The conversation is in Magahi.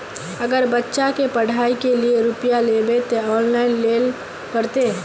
अगर बच्चा के पढ़ाई के लिये रुपया लेबे ते ऑनलाइन लेल पड़ते?